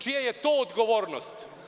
Čija je to odgovornost?